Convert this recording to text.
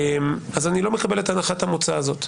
אז אני לא מקבל את הנחת המוצא הזאת.